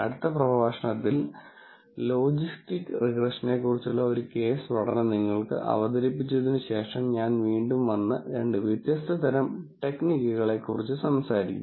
അടുത്ത പ്രഭാഷണത്തിൽ ലോജിസ്റ്റിക്സ് റിഗ്രഷനെക്കുറിച്ചുള്ള ഒരു കേസ് പഠനം നിങ്ങൾക്ക് അവതരിപ്പിച്ചതിന് ശേഷം ഞാൻ വീണ്ടും വന്ന് രണ്ട് വ്യത്യസ്ത തരം ടെക്നിക്കുകളെക്കുറിച്ച് സംസാരിക്കും